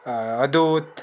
Avadhoot